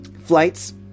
Flights